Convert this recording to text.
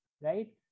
Right